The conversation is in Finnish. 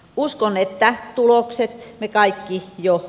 uskon että tulokset ja kaikki jo